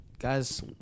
Guys